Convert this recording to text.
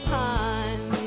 time